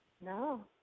No